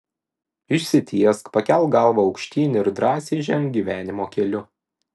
išsitiesk pakelk galvą aukštyn ir drąsiai ženk gyvenimo keliu